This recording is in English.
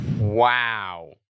Wow